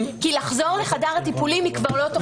כי לחזור לחדר הטיפולים היא כבר לא תוכל.